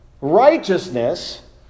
righteousness